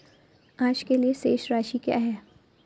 आज के लिए शेष राशि क्या है?